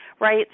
right